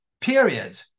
period